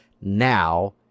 now